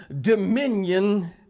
dominion